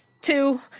Two